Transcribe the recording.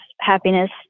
happiness